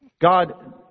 God